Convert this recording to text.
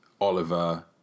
Oliver